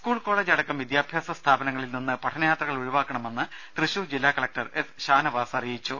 school college അടക്കം വിദ്യാഭ്യാസ സ്ഥാപനങ്ങളിൽ നിന്ന് പഠനയാത്രകൾ ഒഴിവാക്കണമെന്ന് തൃശൂർ ജില്ലാ കലക്ടർ എസ് ഷാനവാസ് അറിയിച്ചു